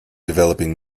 developing